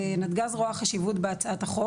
נתג"ז רואה חשיבות בהצעת החוק,